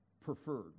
preferred